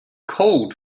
called